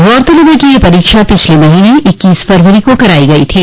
गौरतलब है कि यह परीक्षा पिछले महीने इक्कीस फरवरी को कराई गई थी